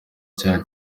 cya